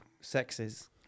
sexes